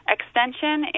Extension